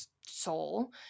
soul